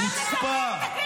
בושה שככה שר מדבר.